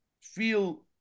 feel